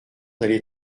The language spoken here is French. d’aller